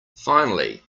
finally